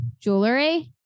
jewelry